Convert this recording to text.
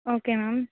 okay ma'am